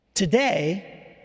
Today